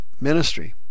ministry